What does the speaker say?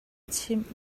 chimh